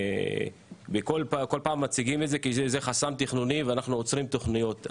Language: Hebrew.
כל פעם מציגים את זה כי זה חסם תכנוני ואנחנו עוצרים תוכניות.